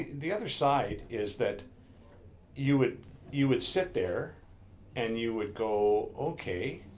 the other side is that you would you would sit there and you would go, okay,